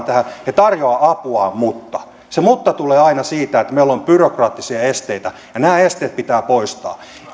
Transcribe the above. tähän he tarjoavat apuaan mutta se mutta tulee aina siitä että meillä on byrokraattisia esteitä ja nämä esteet pitää poistaa